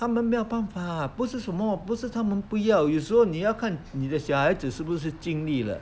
他们没有办法不是什么不是他们不要有时候你要看你的小孩子是不是经历了